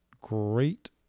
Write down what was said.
great